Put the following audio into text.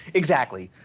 exactly.